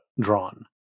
drawn